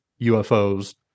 UFOs